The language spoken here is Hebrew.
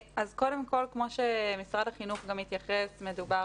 כמו שמשרד החינוך גם התייחס מדובר